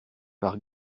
par